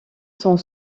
sont